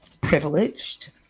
privileged